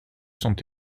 sont